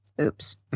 Oops